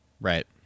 Right